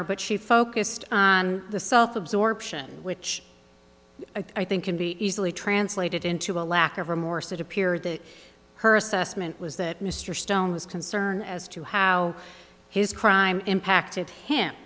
or but she focused on the self absorption which i think can be easily translated into a lack of remorse it appeared that her assessment was that mr stone was concerned as to how his crime impacted him